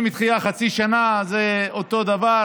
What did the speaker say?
דחייה בחצי שנה זה אותו הדבר.